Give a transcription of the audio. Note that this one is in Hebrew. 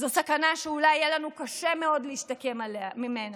זו סכנה שאולי יהיה לנו קשה מאוד להשתקם ממנה,